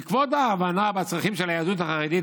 בעקבות ההבנה לצרכים של היהדות החרדית,